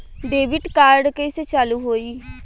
Debit card कइसे चालू होई?